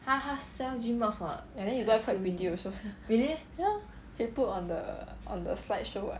and then his wife quite pretty also ya he put on the on the slideshow [what]